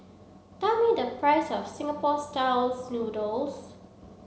tell me the price of Singapore styles noodles